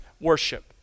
worship